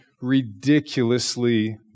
ridiculously